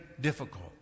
difficult